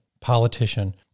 politician